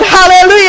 Hallelujah